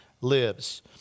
lives